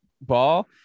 ball